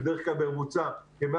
הם בדרך כלל בממוצע כ-180,